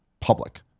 public